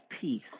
peace